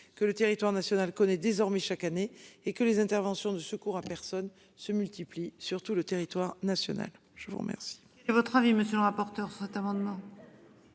que le territoire national connaît désormais chaque année et que les interventions de secours à personnes se multiplient sur tout le territoire national. Je vous remercie.